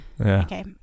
Okay